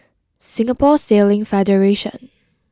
Singapore Sailing Federation